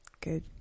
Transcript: good